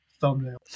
thumbnail